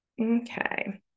Okay